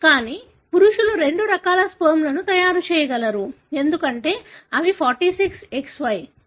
కానీ పురుషులు రెండు రకాల స్పెర్మ్లను తయారు చేయగలరు ఎందుకంటే అవి 46XY